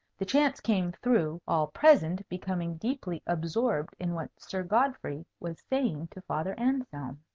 the chance came through all present becoming deeply absorbed in what sir godfrey was saying to father anselm.